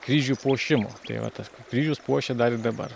kryžių puošimo tai va tas kryžius puošia dar ir dabar